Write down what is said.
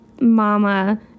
mama